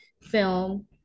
film